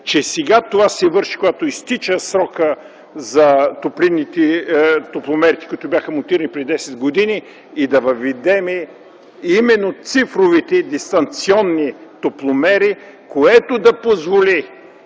че сега това се върши, когато изтича срока за топломерите, които бяха монтирани преди 10 години и да въведем именно цифровите дистанционни топломери. Това ще позволи